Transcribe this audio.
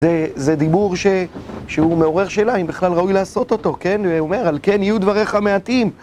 זה דיבור שהוא מעורר שאלה אם בכלל ראוי לעשות אותו, כן? הוא אומר על כן יהיו דבריך מעטים